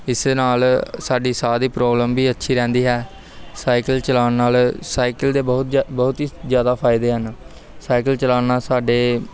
ਇਸ ਦੇ ਨਾਲ ਸਾਡੀ ਸਾਹ ਦੀ ਪ੍ਰੋਬਲਮ ਵੀ ਅੱਛੀ ਰਹਿੰਦੀ ਹੈ ਸਾਈਕਲ ਚਲਾਉਣ ਨਾਲ ਸਾਈਕਲ ਦੇ ਬਹੁਤ ਜਿਆ ਬਹੁਤ ਹੀ ਜ਼ਿਆਦਾ ਫ਼ਾਇਦੇ ਹਨ ਸਾਈਕਲ ਚਲਾਉਣ ਨਾਲ ਸਾਡੇ